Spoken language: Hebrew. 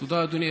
השר,